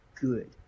good